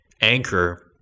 anchor